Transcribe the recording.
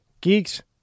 geeks